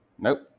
Nope